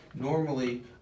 normally